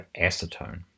acetone